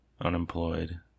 unemployed